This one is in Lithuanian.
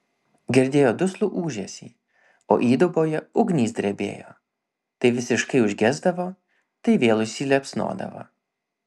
girdėjo duslų ūžesį o įduboje ugnys drebėjo tai visiškai užgesdavo tai vėl įsiliepsnodavo